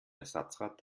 ersatzrad